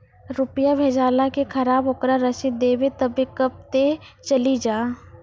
रुपिया भेजाला के खराब ओकरा रसीद देबे तबे कब ते चली जा?